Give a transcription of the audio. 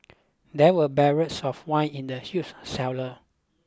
there were barrels of wine in the huge cellar